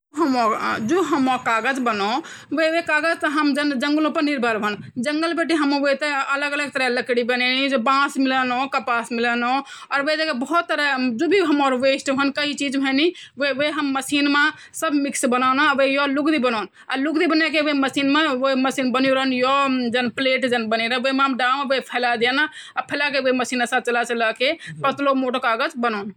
जो कंगारू ची वो ऑस्ट्रेलिआ मा जन वो रेतुला इलाका ची कंट्री इलाका ची वे मा वू की करदा की जम्प मार्दा वेका जो पिछङा खोता हौंडा वे पर स्प्रिंग लघु रेंदु और जबी वो जंप मार लघु तह वेका टेंगा पिछने बैठीं छुड़ा वे जांद तब वे ते जम्प मान माँ इजी वे जांद वे ते अफु ते रेतीला इलाका मा स्टेबल करी दयान एकदम से जम्प मार्के वो खड़ा वे जान |